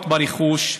אז את עדת שקר בבלאש.